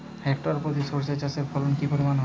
Hectare প্রতি সর্ষে চাষের ফলন কি পরিমাণ হয়?